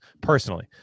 personally